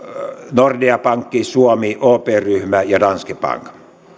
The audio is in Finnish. nordea pankki suomi op ryhmä ja danske bank